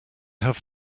have